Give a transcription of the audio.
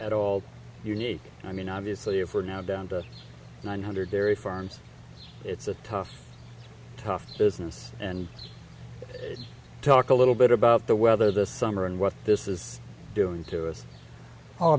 at all unique i mean obviously if we're now down to one hundred dairy farms it's a tough tough business and talk a little bit about the weather this summer and what this is doing to us all